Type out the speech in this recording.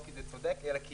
לא כי זה צודק אלא כי